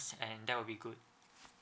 and that will be good